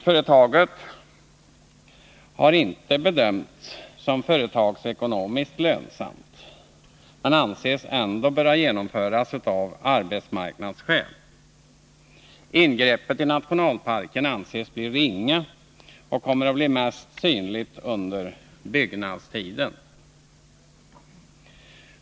Företaget har inte bedömts som företagsekonomiskt lönsamt, men anses ändå böra genomföras av arbetsmarknadsskäl. Ingreppet i nationalparken anses bli ringa och kommer att bli mest synligt under byggnadstiden.